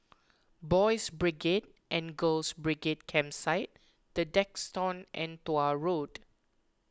Boys' Brigade and Girls' Brigade Campsite the Duxton and Tuah Road